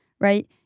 right